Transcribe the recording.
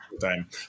time